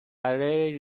برای